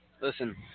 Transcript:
Listen